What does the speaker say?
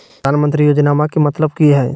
प्रधानमंत्री योजनामा के मतलब कि हय?